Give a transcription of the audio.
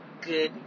good